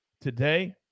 today